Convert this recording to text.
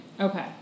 Okay